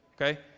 Okay